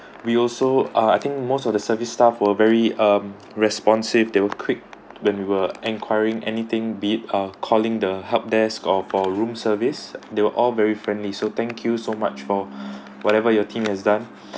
we also uh I think most of the service staff were very um responsive they were quick when you were enquiring anything be it uh calling the help desk or for room service they were all very friendly so thank you so much for whatever your team has done